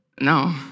No